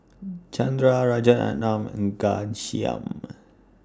Chandra Rajaratnam and Ghanshyam